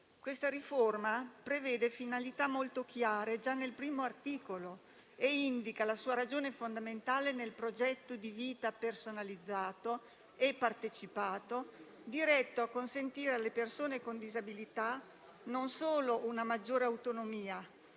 La riforma prevede finalità molto chiare già nel primo articolo e indica la sua ragione fondamentale nel progetto di vita personalizzato e partecipato, diretto a consentire alle persone con disabilità non solo una maggiore autonomia,